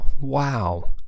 Wow